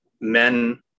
men